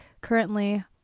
currently